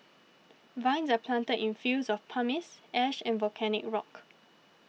Vines are planted in fields of pumice ash and volcanic rock